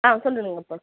ஆ சொல்லிவிடுங்க அப்போ